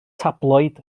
tabloid